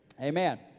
amen